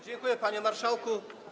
Dziękuję, panie marszałku.